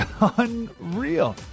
unreal